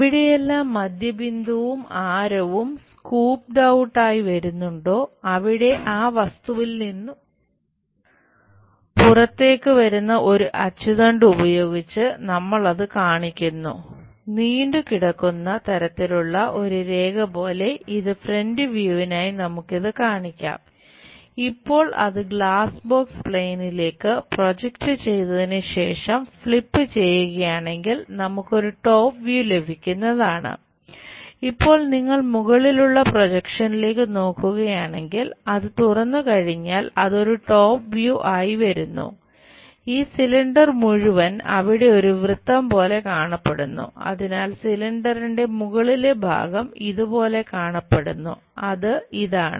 എവിടെയെല്ലാം മധ്യ ബിന്ദുവും മുകളിലെ ഭാഗം ഇത് പോലെ കാണപ്പെടുന്നു അത് ഇതാണ്